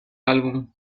álbum